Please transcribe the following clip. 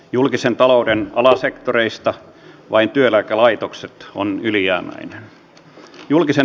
julkisen talouden alasektoreista vain työeläkelaitokset on ylijäämäinen